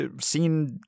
seen